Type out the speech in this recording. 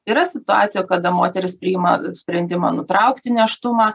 yra situacijų kada moteris priima sprendimą nutraukti nėštumą